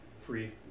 Free